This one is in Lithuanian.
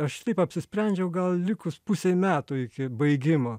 aš taip apsisprendžiau gal likus pusei metų iki baigimo